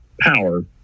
power